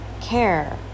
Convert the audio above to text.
care